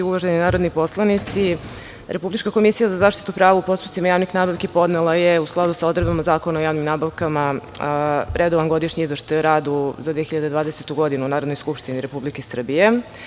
Uvaženi narodni poslanici, Republička komisija za zaštitu prava u postupcima javnih nabavki podnela je, u skladu sa odredbama Zakona o javnim nabavkama, Redovan godišnji izveštaj o radu za 2020. godinu Narodnoj skupštini Republike Srbije.